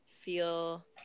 feel